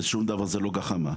ושום דבר זה לא גחמה.